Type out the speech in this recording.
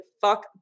fuck